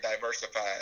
diversified